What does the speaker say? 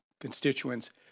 constituents